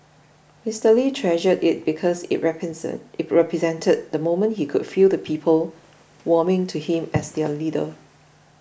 Mister Lee treasured it because it represent it represented the moment he could feel the people warming to him as their leader